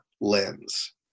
lens